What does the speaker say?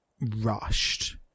rushed